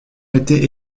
été